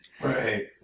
right